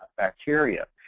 bacteria.